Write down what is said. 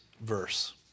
verse